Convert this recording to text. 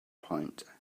point